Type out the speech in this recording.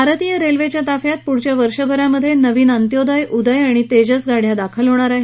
भारतीय रेल्वेच्या ताफ्यात पृढच्या वर्षभरामध्ये नवीन अंत्योदय उदय आणि तेजस गाड़्या दाखल होणार आहेत